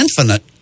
infinite